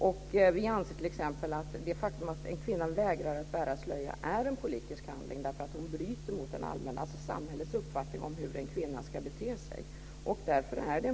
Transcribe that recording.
Och vi anser t.ex. att det faktum att en kvinna vägrar att bära slöja är en politisk handling därför att hon bryter mot samhällets uppfattning om hur en kvinna ska bete sig.